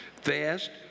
fast